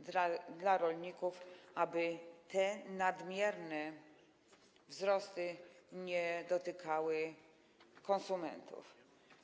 i dla rolników, aby te nadmierne wzrosty nie dotykały konsumentów.